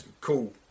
cool